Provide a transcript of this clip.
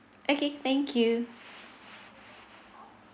okay thank you